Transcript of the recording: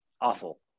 awful